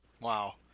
Wow